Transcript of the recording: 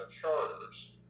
charters